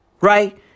right